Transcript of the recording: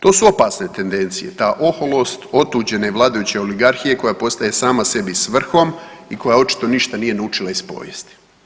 To su opasne tendencije, ta oholost otuđene vladajuće oligarhije koja postaje sama sebi svrhom i koja očito ništa naučila iz povijesti.